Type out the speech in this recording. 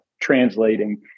translating